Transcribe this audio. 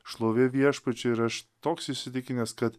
šlovė viešpačiui ir aš toks įsitikinęs kad